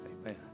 amen